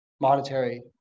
monetary